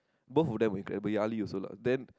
both of them were incredible yeah Ali also lah then